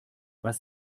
was